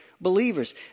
believers